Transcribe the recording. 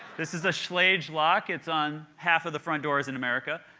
this is a schlage lock. it's on half of the front doors in america.